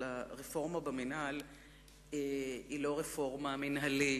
אבל הרפורמה במינהל אינה רפורמה מינהלית,